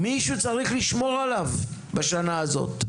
מישהו צריך לשמור עליו בשנה הזו.